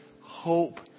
hope